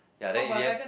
ya then in the end